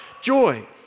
joy